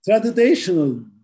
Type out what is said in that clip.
Traditional